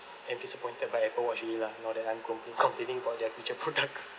am disappointed by apple watch already lah now that I'm complain~ complaining about their future products